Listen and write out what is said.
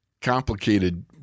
complicated